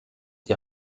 die